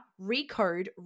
recode